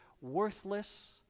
worthless